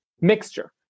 mixture